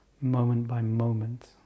moment-by-moment